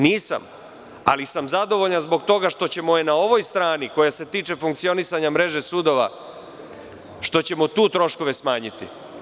Nisam, ali sam zadovoljan zbog toga što ćemo na ovoj strani, koja se tiče funkcionisanja mreže sudova, troškove smanjiti.